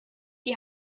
die